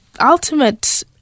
ultimate